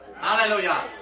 Hallelujah